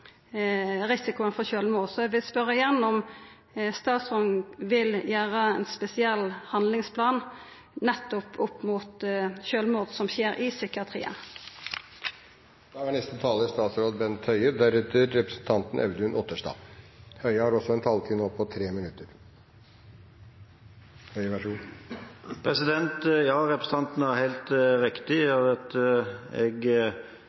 risikoen for sjølvmord. Så eg vil spørja igjen om statsråden vil laga ein spesiell handlingsplan nettopp opp mot sjølvmord som skjer i psykiatrien. Ja, representanten